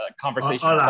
conversation